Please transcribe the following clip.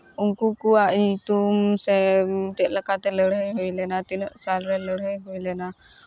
ᱩᱱᱠᱩ ᱠᱚᱣᱟᱜ ᱧᱩᱛᱩᱢ ᱥᱮ ᱪᱮᱫ ᱞᱮᱠᱟᱛᱮ ᱞᱟᱹᱲᱦᱟᱹᱭ ᱦᱩᱭ ᱞᱮᱱᱟ ᱛᱤᱱᱟᱹᱜ ᱥᱟᱞᱨᱮ ᱞᱟᱹᱲᱦᱟᱹᱭ ᱦᱩᱭ ᱞᱮᱱᱟ